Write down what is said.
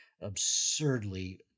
absurdly